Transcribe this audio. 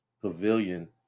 pavilion